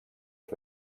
als